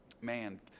man